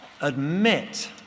admit